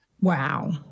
Wow